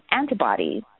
antibodies